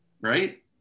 Right